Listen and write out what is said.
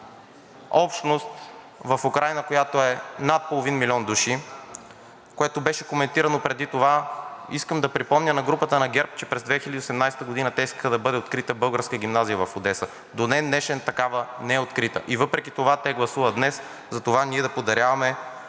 общност в Украйна, която е над половин милион души, което беше коментирано преди това, искам да припомня на групата на ГЕРБ, че през 2018 г. те искаха да бъде открита българска гимназия в Одеса. До ден днешен такава не е открита и въпреки това те гласуват днес за това ние да подаряваме